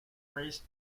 first